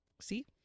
see